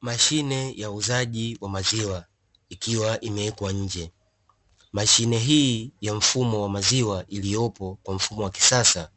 Mashine ya uuzaji wa maziwa ikiwa imewekwa nje, mashine hii ya mfumo wa maziwa iliyopo kwa mfumo wa kisasa